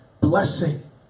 blessing